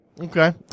Okay